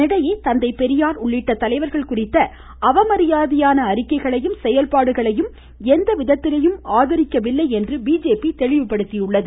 இதனிடையே தந்தை பெரியார் உள்ளிட்ட தலைவர்கள் குறித்த அவமரியாதையான அறிக்கைகளையும் செயல்பாடுகளையும் எவ்விதத்திலும் ஆதரிக்கவில்லை என்றும் பிஜேபி தெளிவுபடுத்தியுள்ளது